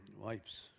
Wipes